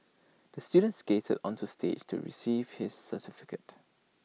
the student skated onto stage to receive his certificate